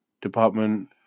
department